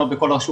גודש,